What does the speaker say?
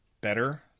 better